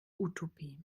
utopie